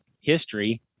history